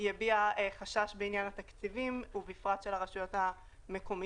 היא הביעה חשש בעניין התקציבים ובפרט של הרשויות המקומיות.